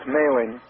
mailing